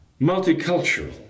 multicultural